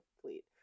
fleet